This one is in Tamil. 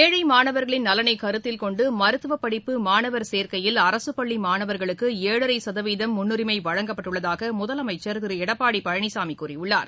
ஏஸ்ழ மாணவர்களின் நலனை கருத்தில்கொண்டு மருத்துவப்படிப்பு மாணவர்சேர்க்கையில் அரசு பள்ளி மாணவர்களுக்கு ஏழரை சதவீதம் முன்னுரிஸ் வழங்கப்பட்டுள்ளதாக முதலமைச்சர் திரு எடப்பாடி பழனிசாமி கூறியுள்ளார்